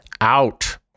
out